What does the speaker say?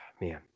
Man